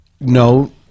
no